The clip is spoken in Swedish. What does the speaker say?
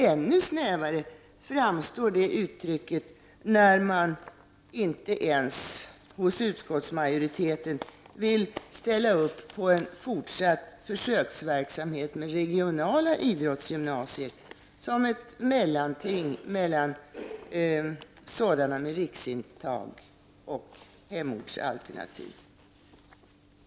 Ännu snävare framstår det uttrycket, när utskottsmajoriteten inte ens vill ställa upp på en fortsatt försöksverksamhet med regionala idrottsgymnasier som ett mellanting mellan sådana med riksintag och hemortsalternativ.